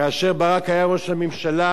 כאשר ברק היה ראש הממשלה.